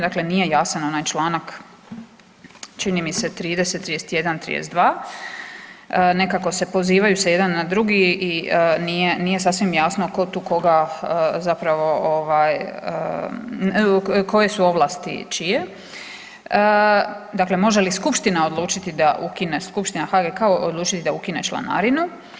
Dakle, nije jasan onaj članak čini mi se 30., 31., 32. nekako se pozivaju se jedan na drugi i nije sasvim jasno ko tu koga zapravo koje su ovlasti čije, dakle može li skupština odlučiti da ukine Skupština HGK odlučiti da ukine članarinu?